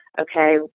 okay